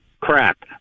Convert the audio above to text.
crap